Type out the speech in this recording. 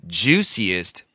juiciest